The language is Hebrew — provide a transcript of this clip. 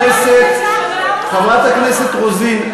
חברת הכנסת רוזין,